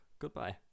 Goodbye